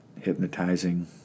hypnotizing